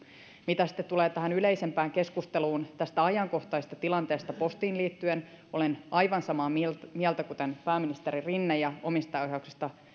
mitä sitten tulee tähän yleisempään keskusteluun tästä ajankohtaisesta tilanteesta postiin liittyen olen aivan samaa mieltä mieltä kuten pääministeri rinne ja omistajaohjauksesta